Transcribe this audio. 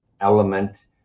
element